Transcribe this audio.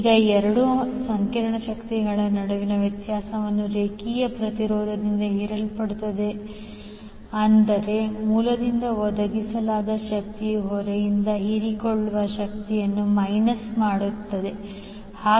ಈಗ ಎರಡು ಸಂಕೀರ್ಣ ಶಕ್ತಿಗಳ ನಡುವಿನ ವ್ಯತ್ಯಾಸವು ರೇಖೆಯ ಪ್ರತಿರೋಧದಿಂದ ಹೀರಲ್ಪಡುತ್ತದೆ ಅಂದರೆ ಮೂಲದಿಂದ ಒದಗಿಸಲಾದ ಶಕ್ತಿಯು ಹೊರೆಯಿಂದ ಹೀರಿಕೊಳ್ಳುವ ಶಕ್ತಿಯನ್ನು ಮೈನಸ್ ಮಾಡುತ್ತದೆ